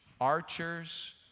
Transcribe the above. archers